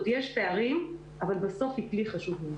עוד יש פערים אבל בסוף זהו כלי חשוב מאוד.